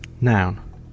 Noun